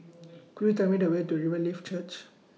Could YOU Tell Me The Way to Riverlife Church